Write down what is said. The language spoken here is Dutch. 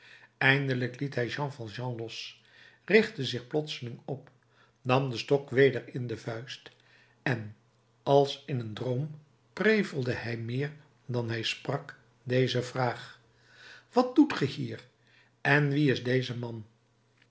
eindelijk liet hij jean valjean los richtte zich plotseling op nam den stok weder in de vuist en als in een droom prevelde hij meer dan hij sprak deze vraag wat doet ge hier en wie is deze man